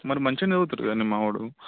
మరి మంచిగానే చదువుతాడు కదండి మావాడు